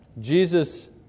Jesus